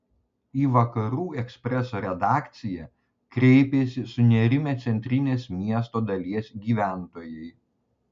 į vakarų ekspreso redakciją kreipėsi sunerimę centrinės miesto dalies gyventojai